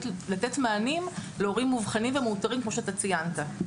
לתת מענים להורים מאובחנים ומאותרים כמו שאתה ציינת.